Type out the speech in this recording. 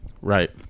Right